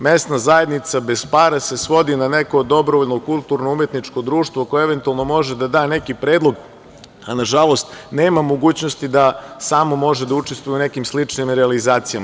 Mesna zajednica bez para se svodi na neko dobrovoljno kulturno-umetničko društvo koje eventualno može da da neki predlog, a na žalost nema mogućnosti da samo može da učestvuje u nekim sličnim realizacijama.